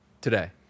today